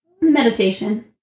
Meditation